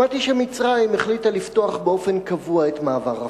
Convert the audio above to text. שמעתי שמצרים החליטה לפתוח באופן קבוע את מעבר רפיח.